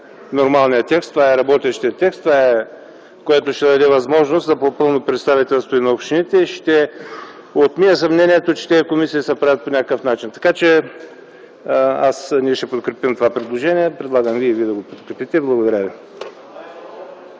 нормалният текст, това е работещият текст. Това е, което ще даде възможност да се попълни представителството и на общините и ще отмие съмнението, че тези комисии се правят по някакъв особен начин. Ние ще подкрепим това предложение. Предлагам и вие да го подкрепите. Благодаря ви.